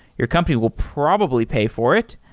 your company will probably pay for it.